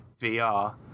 VR